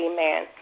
Amen